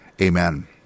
amen